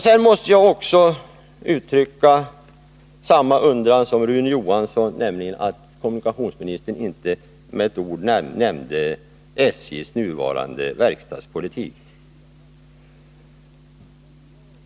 Jag måste också uttrycka samma undran som Rune Johansson, nämligen över att kommunikationsministern inte med ett ord nämnde SJ:s nuvarande verkstadspolitik.